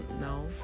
no